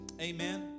amen